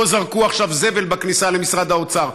פה זרקו עכשיו זבל בכניסה למשרד האוצר,